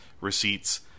receipts